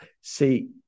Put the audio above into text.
see